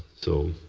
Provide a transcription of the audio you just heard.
so